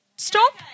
Stop